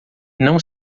não